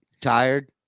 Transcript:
Tired